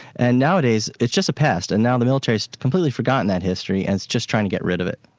and nowadays it's just a pest, and now the military has completely forgotten that history and is just trying to get rid of it.